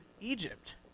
Egypt